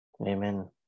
Amen